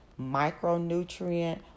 micronutrient